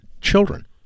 children